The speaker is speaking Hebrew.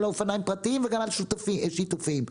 אופניים פרטיים וגם הרוכבים על השיתופיים.